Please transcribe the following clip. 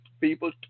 people